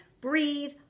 breathe